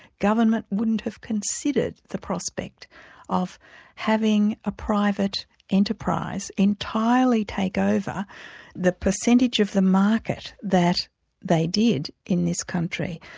government wouldn't have considered the prospect of having a private enterprise entirely take over the percentage of the market that they did in this country.